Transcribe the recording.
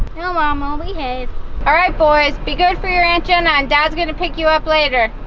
no mom, i'll behave. all right boys, be good for your aunt jenna and dad's gonna pick you up later.